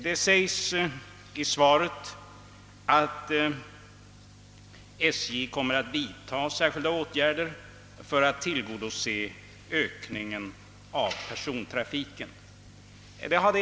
Det sägs i svaret att SJ kommer att vidta särskilda åtgärder för att tillgodose en ökning av persontrafiken i anslutning till trafikomläggningen.